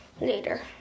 later